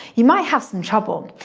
you might have some trouble.